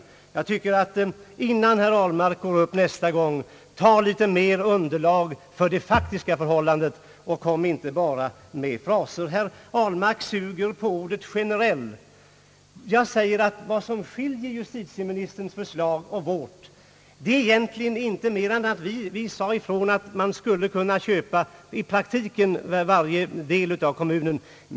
Innan herr Ahlmark går upp i talarstolen nästa gång, tycker jag att han bör skaffa litet mera underlag för det faktiska förhållandet och inte bara komma med fraser. Herr Ahlmark suger här på ordet »generell». Vad som skiljer justitieministerns förslag och vårt förslag är egentligen inte mer än att vi ansåg att man i princip borde kunna köpa varje del av kommunen.